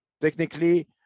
Technically